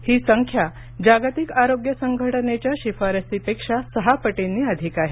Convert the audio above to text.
ही संख्या जागतिक आरोग्य संघटनेच्या शिफारसीपेक्षा सहापटींनी अधिक आहे